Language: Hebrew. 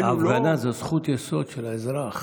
הפגנה זאת זכות יסוד של האזרח.